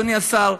אדוני השר,